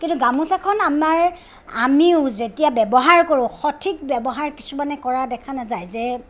কিন্তু গামোচাখন আমাৰ আমিও যেতিয়া ব্যৱহাৰ কৰোঁ সঠিক ব্যৱহাৰ কিছুমানে কৰা দেখা নাযায় যে